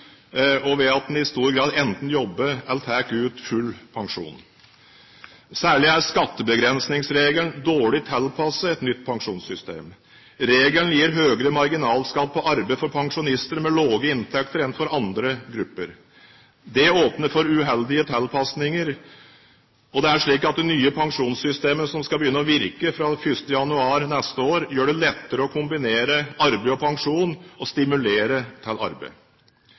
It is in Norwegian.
og at man i stor grad enten jobber eller tar ut full pensjon. Særlig er skattebegrensningsregelen dårlig tilpasset et nytt pensjonssystem. Regelen gir høyere marginalskatt på arbeid for pensjonister med lave inntekter enn for andre grupper. Det åpner for uheldige tilpasninger. Og det er slik at det nye pensjonssystemet, som skal begynne å virke fra 1. januar neste år, gjør det lettere å kombinere arbeid og pensjon og stimulerer til arbeid.